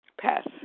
Pass